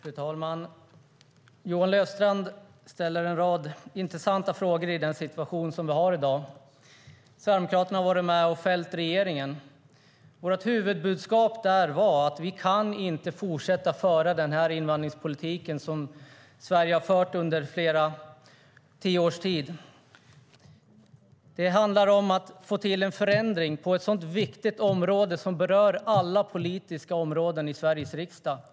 Fru talman! Johan Löfstrand ställer en rad intressanta frågor om den situation som vi har i dag. Sverigedemokraterna har varit med och fällt regeringen, säger han. Vårt huvudbudskap var att vi inte kan fortsätta att föra den invandringspolitik som Sverige har fört under tio års tid. Det handlar om att få till en förändring på ett så viktigt område som berör alla politiska områden i Sveriges riksdag.